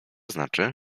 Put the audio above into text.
znaczy